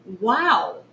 Wow